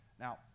Now